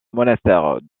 monastère